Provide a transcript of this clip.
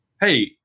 Hey